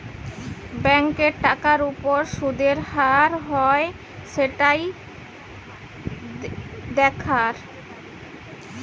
ব্যাংকে টাকার উপর শুদের হার হয় সেটাই দেখার